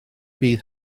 bydd